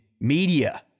media